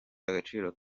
agaciro